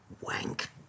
wank